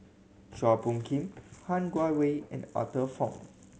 Chua Phung Kim Han Guangwei and Arthur Fong